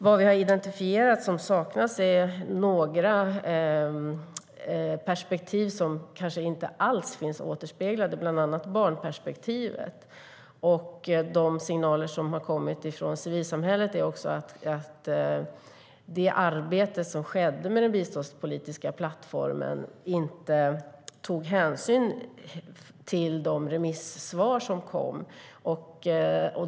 Vad vi har identifierat som saknas är några perspektiv som kanske inte alls finns återspeglade, bland annat barnperspektivet. De signaler som har kommit från civilsamhället är också att det arbete som skedde med den biståndspolitiska plattformen inte tog hänsyn till de remissvar som kom.